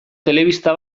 telebista